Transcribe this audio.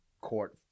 court